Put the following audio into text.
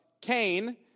Cain